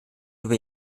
über